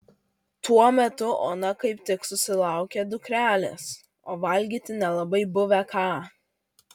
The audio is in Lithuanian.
tuo metu ona kaip tik susilaukė dukrelės o valgyti nelabai buvę ką